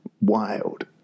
Wild